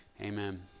amen